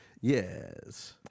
Yes